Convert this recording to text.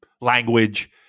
language